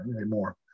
anymore